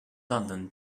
london